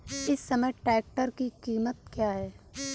इस समय ट्रैक्टर की कीमत क्या है?